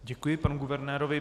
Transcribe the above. Děkuji panu guvernérovi.